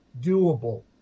doable